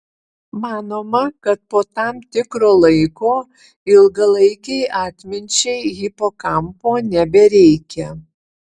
manoma kad po tam tikro laiko ilgalaikei atminčiai hipokampo nebereikia